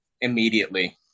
immediately